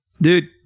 Dude